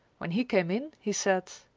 when he came in, he said,